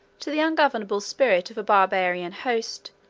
to the ungovernable spirit of a barbarian host,